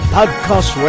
Podcast